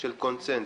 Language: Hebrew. של קונצנזוס.